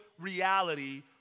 reality